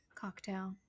cocktail